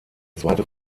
zweite